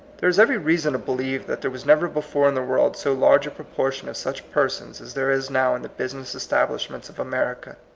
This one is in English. there is every reason to believe that there was never before in the world so large a proportion of such persons as there is now in the business establishments of america.